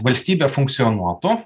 valstybė funkcionuotų